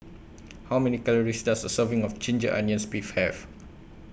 How Many Calories Does A Serving of Ginger Onions Beef Have